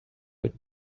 could